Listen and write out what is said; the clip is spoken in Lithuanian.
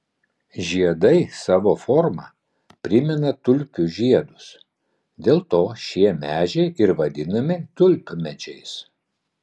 žiedai savo forma primena tulpių žiedus dėl to šie medžiai ir vadinami tulpmedžiais